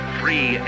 free